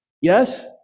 Yes